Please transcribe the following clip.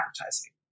advertising